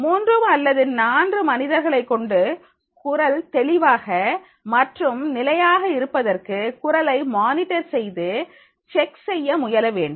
மூன்று அல்லது 4 வேறு மனிதர்களை கொண்டு குரல் தெளிவாக மற்றும் நிலையாக இருப்பதற்கு குரலை மானிட்டர் செய்து செக் செய்ய முயல வேண்டும்